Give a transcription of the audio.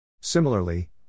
Similarly